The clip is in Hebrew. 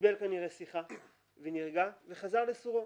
קיבל כנראה שיחה ונרגע, וחזר לסורו.